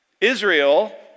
Israel